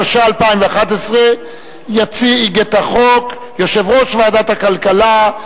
התשע"א 2011. יציג את החוק יושב-ראש ועדת הכלכלה,